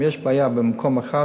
אם יש בעיה במקום אחד,